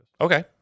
okay